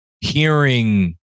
hearing